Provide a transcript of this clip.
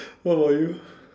what about you